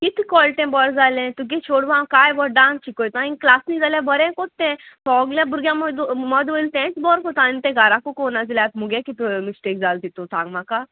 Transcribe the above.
कित कोळटें बोर जालें तुगे चोडवां हांव कांय बरो डांस शिकयता आनी क्लासी जाल्या बरें कोत्तें सोगल्या भुरग्यां मो मोद वयलें तेंच बरो कोत्ता आनी तें घाराकू कोरना जाल्या मुगे कित मिस्टेक जाल तितू सांग म्हाका